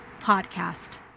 podcast